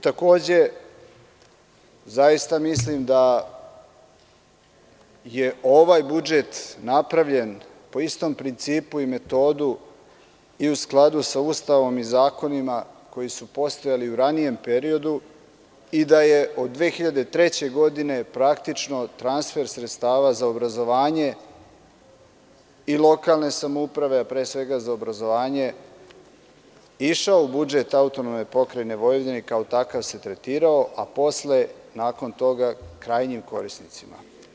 Takođe, zaista mislim da je ovaj budžet napravljen po istom principu i metodu i u skladu sa Ustavom i zakonima koji su postojali u ranijem periodu i da je od 2003. godine praktično transfer sredstava za obrazovanje i lokalne samouprave, a pre svega za obrazovanje, išao u budžet AP Vojvodine i kao takav se tretirao, a posle nakon toga krajnjim korisnicima.